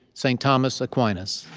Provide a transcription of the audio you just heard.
saint thomas aquinas.